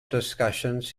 discussions